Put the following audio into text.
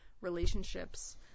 relationships